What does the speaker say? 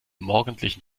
morgendlichen